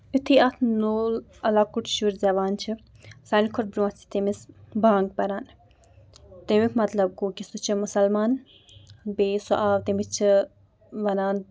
یِتھُے اکھ نو لۄکُٹ شُرۍ زیٚوان چھُ ساروی کھۄتہٕ برونٛہہ چھُ تٔمِس بانگ پَران تَمیُک مطلب گوٚو کہِ سُہ چھُ مُسلمان بیٚیہِ سُہ آو تٔمِس چھِ وَنان